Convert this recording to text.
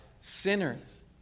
sinners